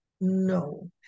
No